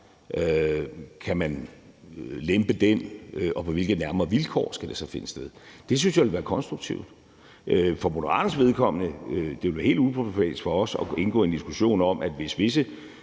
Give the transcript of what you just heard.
Kan man lempe den, og på hvilke nærmere vilkår skal det så finde sted? Det synes jeg ville være konstruktivt. For Moderaternes vedkommende ville det være helt uproblematisk at indgå i en diskussion om, at hvis visse